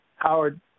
Howard